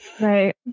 Right